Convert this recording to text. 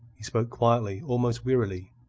he spoke quietly, almost wearily.